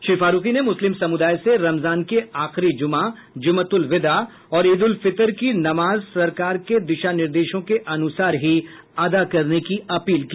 श्री फारूकी ने मुस्लिम समुदाय से रमजान के आखिरी जुमा जुमातुल विदा और ईद उल फितर की नमाज सरकार के दिशानिर्देशों के अनुसार ही अदा करने की अपील की